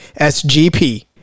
SGP